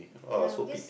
ya because